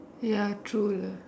ya true lah